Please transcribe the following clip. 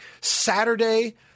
Saturday